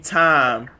time